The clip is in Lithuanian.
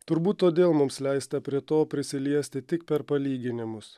turbūt todėl mums leista prie to prisiliesti tik per palyginimus